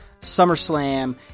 SummerSlam